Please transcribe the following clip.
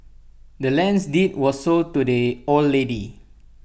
the land's deed was sold to the old lady